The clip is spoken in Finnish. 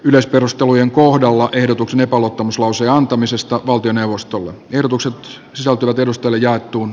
yleisperustelujen kohdalla ehdotus epäluottamuslauseen antamisesta valtioneuvostolle ehdotukset sisältyvät edustalle jaettuun